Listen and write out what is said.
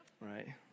Right